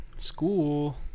school